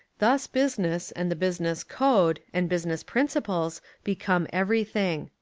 thus business, and the business code, and business principles become everything.